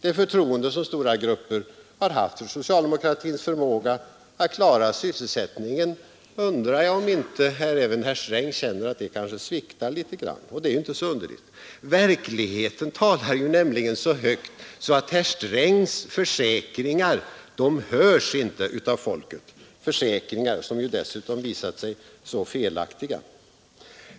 Jag undrar om inte även herr Sträng känner att det förtroende, som stora grupper har haft för socialdemokratins förmåga att klara sysselsättningen, kanske sviktar litet grand. Och det är inte så underligt. Verkligheten talar nämligen så högt att herr Strängs försäkringar inte hörs av folket — försäkringar som dessutom visat sig så felaktiga.